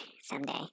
someday